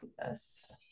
Yes